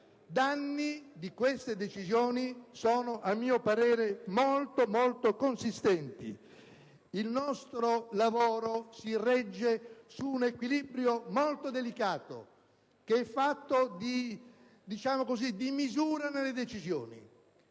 danni di queste decisioni sono, a mio parere, molto consistenti. Il nostro lavoro si regge su un equilibrio molto delicato, che è fatto di misura nelle decisioni.